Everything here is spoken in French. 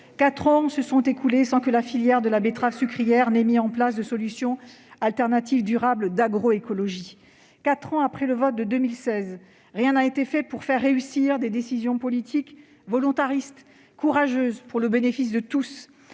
Quatre années se sont écoulées sans que la filière de la betterave sucrière ait mis en place de solutions alternatives durables d'agroécologie. Quatre ans après le vote de 2016, rien n'a été fait pour assurer le succès des décisions politiques volontaristes et courageuses prises pour le bénéfice de tous,